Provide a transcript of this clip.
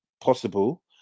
possible